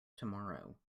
tomorrow